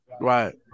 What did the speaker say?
right